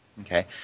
Okay